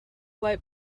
light